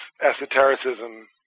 esotericism